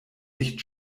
nicht